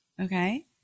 Okay